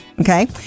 Okay